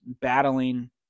battling